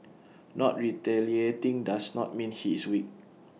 not retaliating does not mean he is weak